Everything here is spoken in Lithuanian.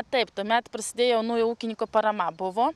taip tuomet prasidėjo naujo ūkininko parama buvo